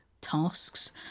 tasks